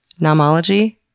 nomology